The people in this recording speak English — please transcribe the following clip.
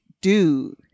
dude